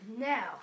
Now